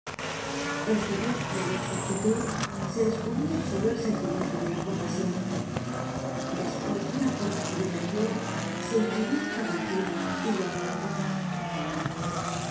en su rostro y en su actitud se descubria solo el sentimiento de la compasion despues de una corta meditacion se inclinó hácia fantina y le habló en voz baja